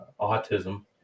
autism